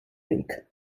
ric